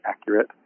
accurate